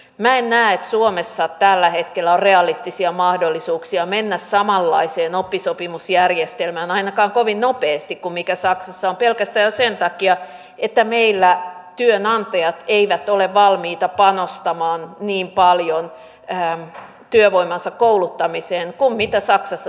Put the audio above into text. minä en näe että suomessa on tällä hetkellä realistisia mahdollisuuksia mennä samanlaiseen oppisopimusjärjestelmään ainakaan kovin nopeasti kuin mikä saksassa on pelkästään jo sen takia että meillä työnantajat eivät ole valmiita panostamaan niin paljon työvoimansa kouluttamiseen kuin mitä saksassa tapahtuu